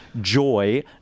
Joy